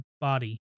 body